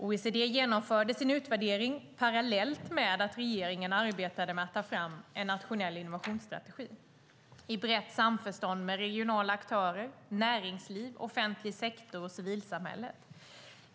OECD genomförde sin utvärdering parallellt med att regeringen arbetade med att ta fram en nationell innovationsstrategi i brett samförstånd med regionala aktörer, näringsliv, offentlig sektor och civilsamhället.